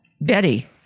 Betty